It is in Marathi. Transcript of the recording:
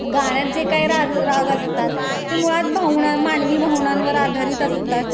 गाण्यात जे काही राग राग असतात ते मुळात भावना मानवी भावनांवर आधारित असतात